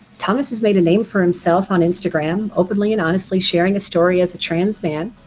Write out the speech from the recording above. thomas has made a name for himself on instagram openly and honestly sharing a story as a trans man,